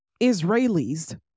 Israelis